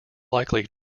likely